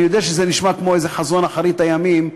אני יודע שזה נשמע כמו איזה חזון אחרית הימים,